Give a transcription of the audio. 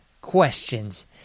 questions